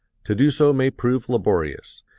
to do so may prove laborious,